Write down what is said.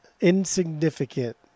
Insignificant